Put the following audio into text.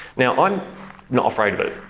now, i'm not afraid of it.